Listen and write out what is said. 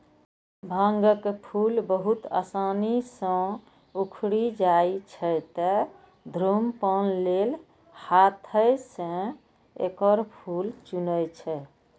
भांगक फूल बहुत आसानी सं उखड़ि जाइ छै, तें धुम्रपान लेल हाथें सं एकर फूल चुनै छै